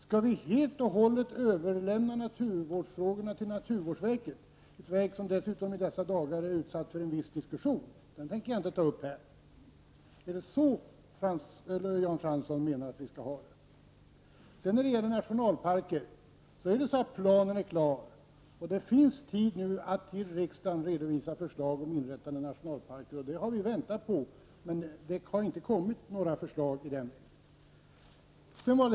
Skall vi överlämna naturvårdsfrågorna helt och hållet till naturvårdsverket, ett verk som i dessa dagar dessutom är föremål för en viss diskussion? Jag skall inte ta upp den här. Är det så Jan Fransson menar att vi skall ha det? Det är så att nationalparksplanerna är klara, och det finns nu tid att för riksdagen redovisa förslag om inrättande av nationalparker. Det har vi väntat på, men det har inte kommit några sådana förslag.